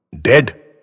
dead